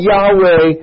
Yahweh